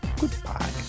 Goodbye